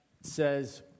says